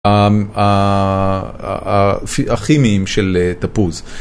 הכימיים של תפוז.